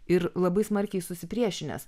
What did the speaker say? ir labai smarkiai susipriešinęs